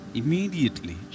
immediately